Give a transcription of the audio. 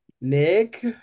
Nick